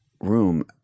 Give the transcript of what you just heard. room